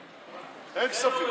33,